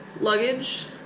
Luggage